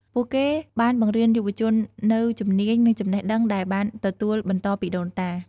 ពួកគេបានបង្រៀនយុវជននូវជំនាញ និងចំណេះដឹងដែលបានទទួលបន្តពីដូនតា។